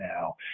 now